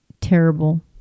terrible